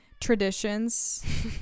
traditions